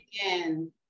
again